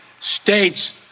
States